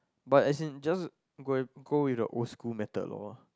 but as in just go go with the old school method loh